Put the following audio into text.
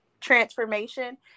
transformation